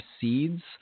seeds